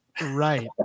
Right